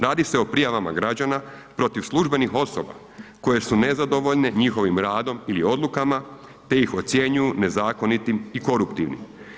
Radi se o prijavama građana protiv službenih osoba koje su nezadovoljene njihovim radom ili odlukama te iz ocjenjuju nezakonitim i koruptivnim.